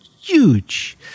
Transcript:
huge